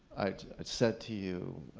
i said to you,